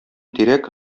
тирәк